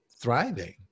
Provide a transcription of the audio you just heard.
thriving